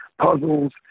puzzles